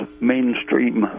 mainstream